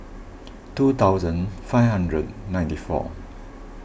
two thousand five hundred ninety four